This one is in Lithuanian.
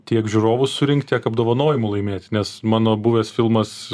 tiek žiūrovų surinkt tiek apdovanojimų laimėti nes mano buvęs filmas